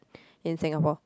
in Singapore